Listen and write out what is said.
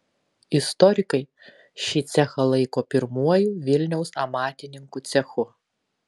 istorikai šį cechą laiko pirmuoju vilniaus amatininkų cechu